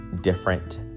different